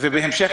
ובהמשך,